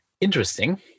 interesting